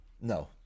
No